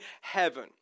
heaven